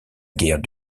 guerre